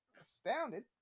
astounded